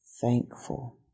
thankful